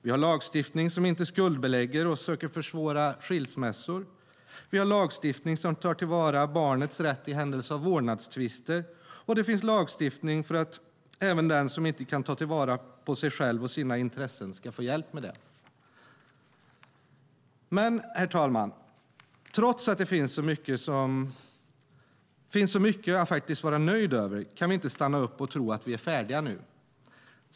Vi har lagstiftning som inte skuldbelägger eller söker försvåra skilsmässor. Vi har lagstiftning som tar till vara barnets rätt i händelse av vårdnadstvister. Det finns också lagstiftning för att den som inte kan ta vara på sig själv och sina intressen ska få hjälp med det. Herr talman! Men trots att det finns så mycket att vara nöjd över kan vi inte stanna upp och tro att vi är färdiga nu.